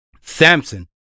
Samson